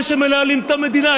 הם אלה שמנהלים את המדינה.